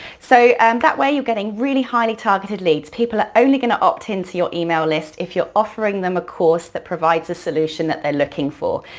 so um that way you're getting really highly targeted leads. people are only gonna opt in so your email list if you're offering them a course that provides a solution that they're looking for.